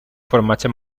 formatge